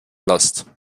lässt